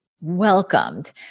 welcomed